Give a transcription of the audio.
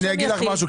אני אגיד לך משהו,